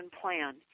Plan